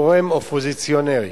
גורם אופוזיציוני.